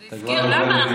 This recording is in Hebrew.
למה?